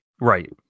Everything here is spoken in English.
Right